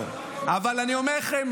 אני אומר לכם,